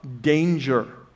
danger